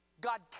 God